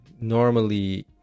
normally